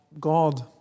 God